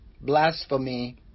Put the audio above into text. blasphemy